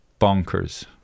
bonkers